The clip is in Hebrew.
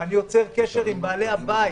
אני יוצר קשר עם בעלי הבית,